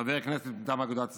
חבר הכנסת מטעם אגודת ישראל,